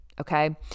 okay